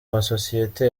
masosiyete